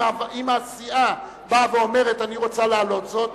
אם הסיעה באה ואומרת: אני רוצה להעלות זאת,